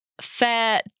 fair